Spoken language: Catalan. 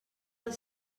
del